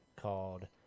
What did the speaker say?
called